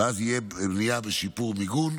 ואז תהיה בנייה בשיפור מיגון,